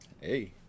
Hey